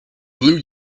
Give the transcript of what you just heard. blue